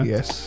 Yes